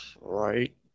Right